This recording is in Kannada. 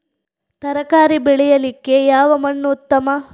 ತರಕಾರಿ ಬೆಳೆಯಲಿಕ್ಕೆ ಯಾವ ಮಣ್ಣು ಉತ್ತಮ?